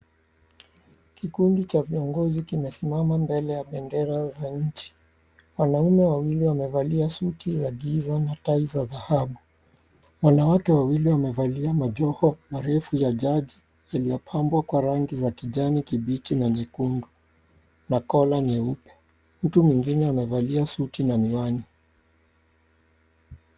Kikundi cha viongozi kimesimama mbele ya bendera za nchi, wanaume wawili wamevalia suti ya giza na tai za dhahabu. Wanawake wawili wamevalia majoho marefu ya jaji yaliyopambwa kwa rangi za kijani kibichi na nyekundu na kola nyeupe, mtu mwingine amevalia suti na miwani.